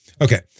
Okay